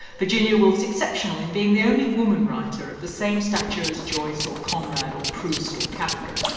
virginia woolf's exceptional in being the only woman writer of the same stature as joyce or conrad or proust or kafka.